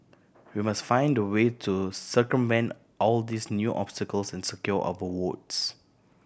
we must find a way to circumvent all these new obstacles and secure our votes